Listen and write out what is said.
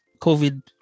COVID